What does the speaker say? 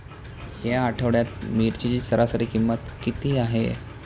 या आठवड्यात मिरचीची सरासरी किंमत किती आहे?